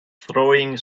throwing